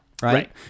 Right